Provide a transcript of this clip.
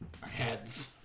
Heads